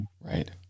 Right